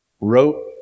wrote